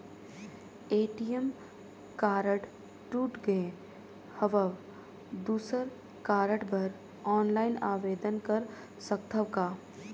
ATM card टूट गे हववं दुसर कारड बर ऑनलाइन आवेदन कर सकथव का?